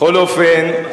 בכל אופן,